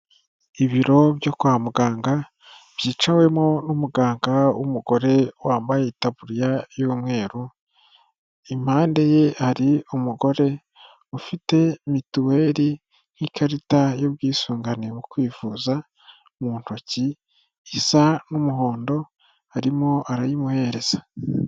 Ibiro byo kwa muganga, byicawemo n'umuganga w'umugore wambaye itaburiya y'umweru, impande ye hari umugore ufite mituweli nk'ikarita y'ubwisungane mu kwivuza mu ntoki, isa nk'umuhondo arimo arayimuhereza.